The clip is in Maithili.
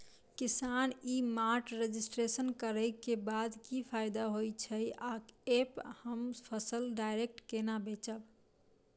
किसान ई मार्ट रजिस्ट्रेशन करै केँ बाद की फायदा होइ छै आ ऐप हम फसल डायरेक्ट केना बेचब?